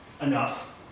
enough